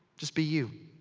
just be you.